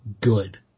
good